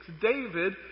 David